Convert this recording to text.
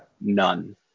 None